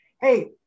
hey